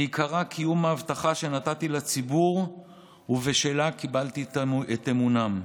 ועיקרה קיום ההבטחה שנתתי לציבור ובשלה קיבלתי את אמונו.